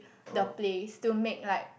the place to make like